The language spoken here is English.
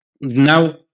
now